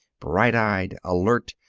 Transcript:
bright-eyed, alert,